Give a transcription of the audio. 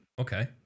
Okay